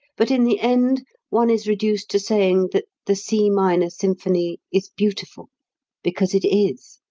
but in the end one is reduced to saying that the c minor symphony is beautiful because it is.